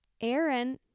aaron